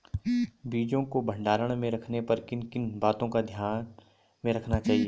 बीजों को भंडारण में रखने पर किन किन बातों को ध्यान में रखना चाहिए?